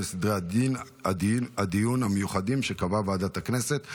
לסדרי הדיון המיוחדים שקבעה ועדת הכנסת.